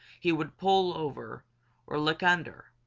he would pull over or look under,